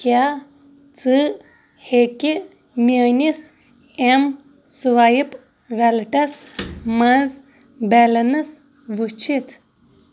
کیٛاہ ژٕ ہیٚکہِ میٲنِس اٮ۪م سُوایپ وٮ۪لٹَس منٛز بٮ۪لنٕس وٕچھِتھ